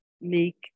make